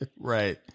Right